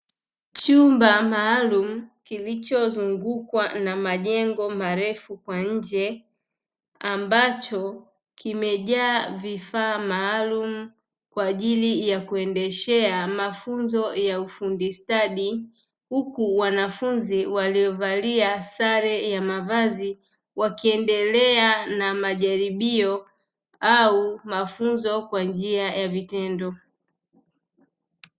Chumba maalumu kilichozungukwa na majengo marefu kwa nje, ambacho kimejaa vifaa maalumu kwa ajili ya kuendeshea mafunzo ya ufundi stadi, huku wanafunzi waliovalia sare ya mavazi wakiendelea na majaribio au mafunzo kwa njia ya vitendo.